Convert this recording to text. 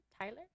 Tyler